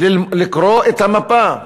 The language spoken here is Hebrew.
לקרוא את המפה,